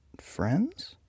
friends